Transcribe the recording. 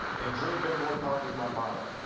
and dream big work hard was my motto.